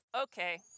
Okay